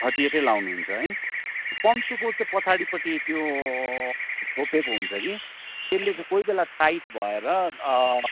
thirty एटै लगाउनुहुन्छ है पम्प सुको चाहिँ पछाडिपट्टि त्यो छोपेको हुन्छ कि त्यसले चाहिँ कोही बेला टाइट भएर